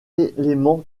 élément